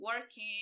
working